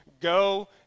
go